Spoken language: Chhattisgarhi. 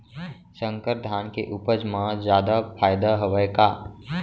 संकर धान के उपज मा जादा फायदा हवय का?